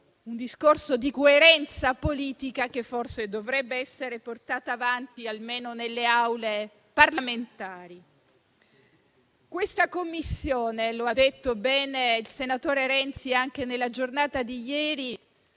un discorso di coerenza politica che forse dovrebbe essere portato avanti, almeno nelle Aule parlamentari. Questa Commissione - lo ha detto bene il senatore Renzi anche nella giornata di ieri